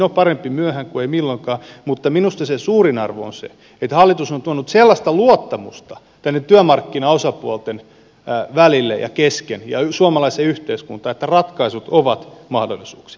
no parempi myöhään kuin ei milloinkaan mutta minusta sen suurin arvo on se että hallitus on tuonut sellaista luottamusta tänne työmarkkinaosapuolten välille ja kesken ja suomalaiseen yhteiskuntaan että ratkaisut ovat mahdollisia